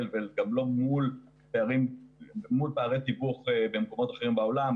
וגם לא מול פערי תיווך במקומות אחרים בעולם.